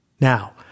Now